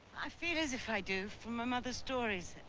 i feel as if i do from my mother stories.